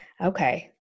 Okay